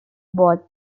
both